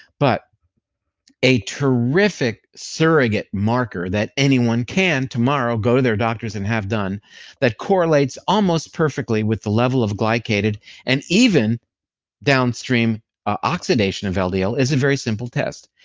but a terrific surrogate marker that anyone can tomorrow go to their doctors and have done that correlates almost perfectly with the level of glycated and even downstream oxidation of ldl ldl is a very simple test,